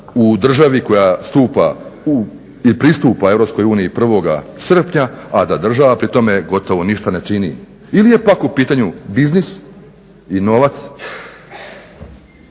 u državi koja pristupa Europskoj uniji 1. srpnja, a da država pri tome gotovo ništa ne čini. Ili je pak u pitanju biznis i novac,